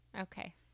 Okay